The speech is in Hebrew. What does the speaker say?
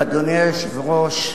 אדוני היושב-ראש,